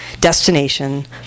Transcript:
destination